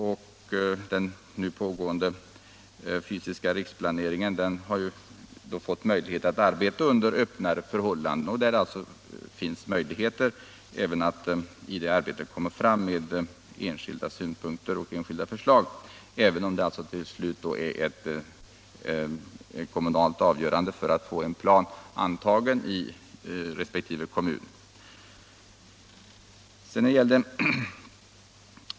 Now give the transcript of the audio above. Det gör att den nu pågående fysiska riksplaneringen har fått möjlighet att arbeta under öppnare förhållanden. Det finns i detta arbete också möjligheter att lägga fram enskilda synpunkter och förslag, även om det till slut måste bli ett kommunalt avgörande för att få en plan antagen.